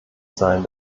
sein